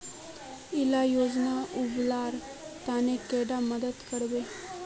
इला योजनार लुबार तने कैडा मदद करबे?